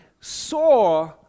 saw